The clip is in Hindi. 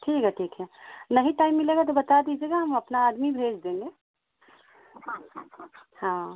ठीक है ठीक है नहीं टाइम मिलेगा तो बता दीजिएगा हम अपना आदमी भेज देंगे हाँ